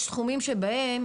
יש תחומים שבהם,